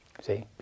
See